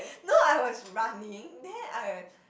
no I was running then I